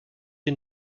you